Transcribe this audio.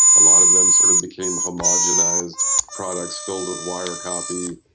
a lot of them sort of became homogenised products filled with wire copy,